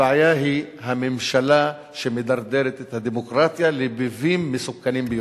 הבעיה היא הממשלה שמדרדרת את הדמוקרטיה לביבים מסוכנים ביותר.